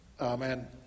Amen